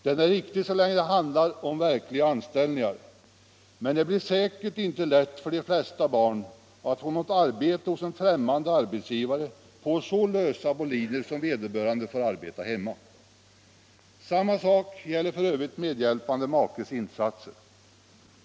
Den är riktig så länge det handlar om verkliga anställningar, men det blir säkert inte lätt för de flesta barn att få något arbete hos en främmande arbetsgivare på så lösa boliner som när vederbörande får arbete hemma. Samma sak gäller f. ö. medhjälpande makes insatser.